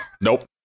Nope